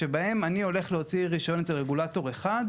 שבו אני הולך להוציא רישיון אצל רגולטור אחד,